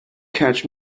catch